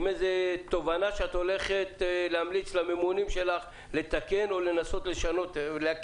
איזו תובנה את הולכת להמליץ לממונים שלך לתקן או